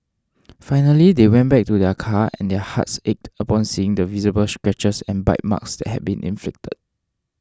finally they went back to their car and their hearts ached upon seeing the visible scratches and bite marks that had been inflicted